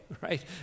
right